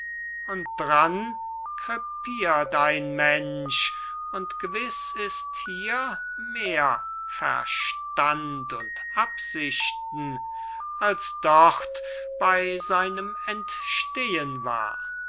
und dran krepirt ein mensch und gewiß ist hier mehr verstand und absichten als dort bey seinem entstehen war